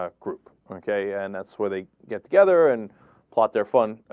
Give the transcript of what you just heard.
ah group okay and that's where they get together and plot their fun ah.